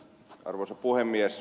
arvoisa puhemies